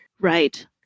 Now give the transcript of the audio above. Right